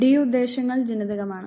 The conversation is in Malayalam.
ഡി ഉദ്ദേശ്യങ്ങൾ ജനിതകമാണ്